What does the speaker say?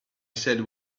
said